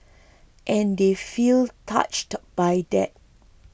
and they feel touched by that